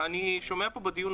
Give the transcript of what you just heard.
אני שומע בדיון,